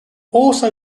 also